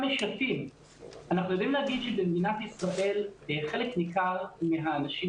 אנחנו יודעים להגיד שבמדינת ישראל חלק ניכר מהאנשים